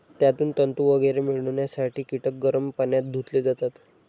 त्यातून तंतू वगैरे मिळवण्यासाठी कीटक गरम पाण्यात धुतले जातात